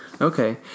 Okay